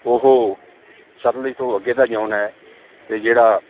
ਉਹ ਸਤਲੁਜ ਤੋਂ ਅੱਗੇ ਦਾ ਜੌਨ ਹੈ ਅਤੇ ਜਿਹੜਾ